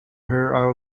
her